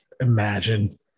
imagine